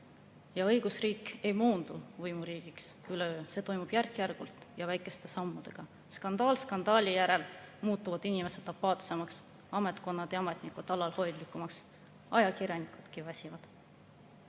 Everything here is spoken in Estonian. […] Õigusriik ei moondu võimuriigiks üleöö. See toimub järk-järgult ja väikeste sammudega. Skandaal skandaali järel muutuvad inimesed apaatsemaks, ametkonnad ja ametnikud alalhoidlikumaks, ajakirjanikudki väsivad."